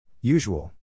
Usual